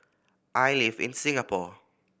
I live in Singapore